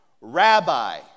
Rabbi